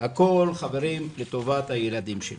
הכול לטובת הילדים שלנו.